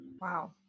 Wow